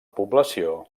població